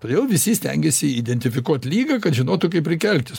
todėl visi stengiasi identifikuot ligą kad žinotų kaip reikia elgtis